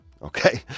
okay